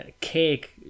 cake